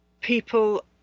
people